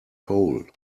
hole